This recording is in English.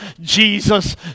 Jesus